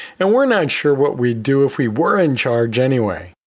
and we're not sure what we do if we were in charge anyway.